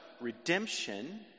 redemption